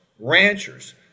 Ranchers